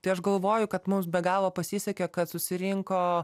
tai aš galvoju kad mums be galo pasisekė kad susirinko